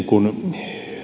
kun